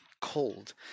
cold